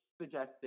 suggested